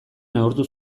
neurtu